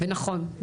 ונכון,